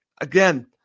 again